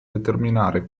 determinare